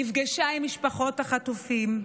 נפגשה עם משפחות החטופים.